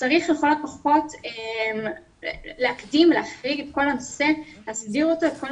שצריך לכל הפחות להקדים ולהסדיר את כל הנושא שקשור